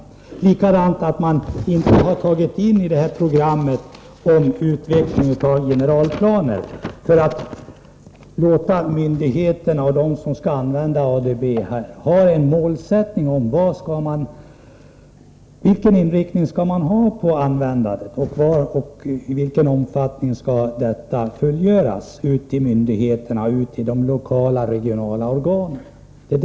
Likaså finner vi det anmärkningsvärt att regeringen inte har tagit in i programmet frågan om utarbetandet av generalplaner som anger målsättningen för myndigheter och andra som skall använda ADB-systemen när det gäller inriktningen och omfattningen av denna verksamhet när den skall föras ut till de lokala och regionala organen.